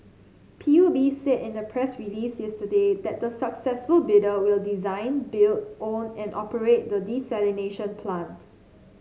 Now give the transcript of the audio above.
P U B said in a press release yesterday that the successful bidder will design build own and operate the desalination plant